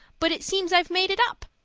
but it seems i've made it up.